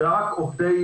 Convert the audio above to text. זה רק עובדי